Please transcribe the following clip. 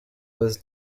was